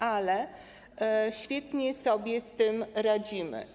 Ale świetnie sobie z tym radzimy.